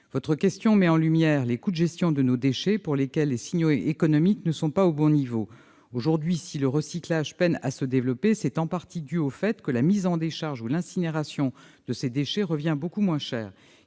Votre question met en lumière les coûts de gestion de nos déchets- les signaux économiques ne sont pas au bon niveau. Aujourd'hui, si le recyclage peine à se développer, c'est en partie dû au fait que la mise en décharge ou l'incinération de ces déchets reviennent beaucoup moins cher.